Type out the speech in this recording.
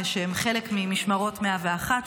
שהן חלק ממשמרות 101,